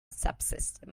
subsystem